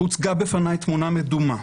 "הוצגה בפניי תמונה מדומה,